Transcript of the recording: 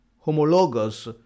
homologous